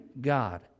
God